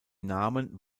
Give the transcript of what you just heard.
namen